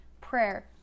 prayer